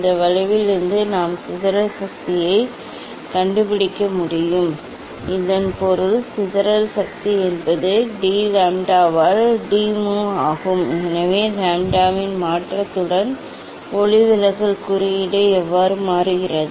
இந்த வளைவிலிருந்து நாம் சிதறல் சக்தியைக் கண்டுபிடிக்க முடியும் இதன் பொருள் சிதறல் சக்தி என்பது டி லாம்ப்டாவால் டி மு ஆகும் எனவே லாம்ப்டாவின் மாற்றத்துடன் ஒளிவிலகல் குறியீடு எவ்வாறு மாறுகிறது